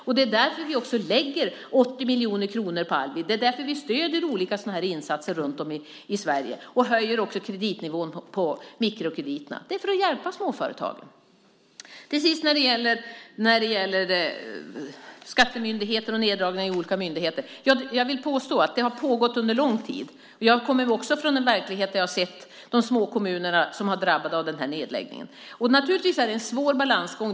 Det är också därför som vi satsar 80 miljoner kronor på Almi. Det är därför vi stöder olika sådana här insatser runt om i Sverige. Vi höjer också kreditnivån på mikrokrediterna. Det gör vi för att hjälpa småföretagen. När det gäller skattemyndigheten och neddragningen i olika myndigheter vill jag påstå att det har pågått under lång tid. Jag kommer också från en verklighet där jag har sett de små kommuner som har drabbats av den här nedläggningen. Det är naturligtvis en svår balansgång.